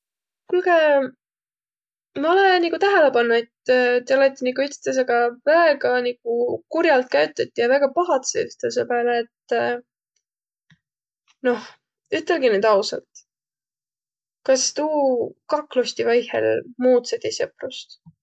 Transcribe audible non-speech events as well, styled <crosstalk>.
Kuulgõq, ma olõ nigu tähele pannuq, et tiiq olõti nigu ütstõõsõga väega nigu kur'alt käütüti ja väega pahadsõq ütstõõsõ pääle, et <hesitation> noh, ütelgeq nüüd ausalt, kas tuu kaklus tiiq vaihõl muutsõ tiiq sõprust?